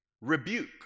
rebuke